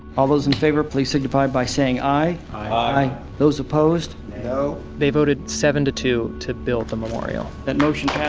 all those in favor please signify by saying aye. aye those opposed no they voted seven to two to build the memorial that motion yeah